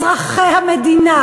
אזרחי המדינה,